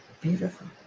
Beautiful